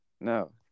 No